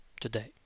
today